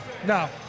No